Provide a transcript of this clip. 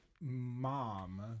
mom